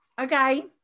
Okay